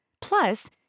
Plus